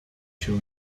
się